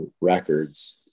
records